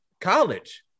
College